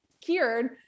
cured